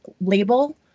label